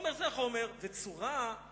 חומר זה החומר, וצורה היא